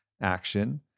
action